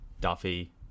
Duffy